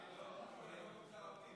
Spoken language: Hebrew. שר הפנים.